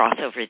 crossover